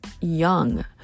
young